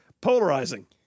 Polarizing